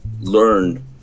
learn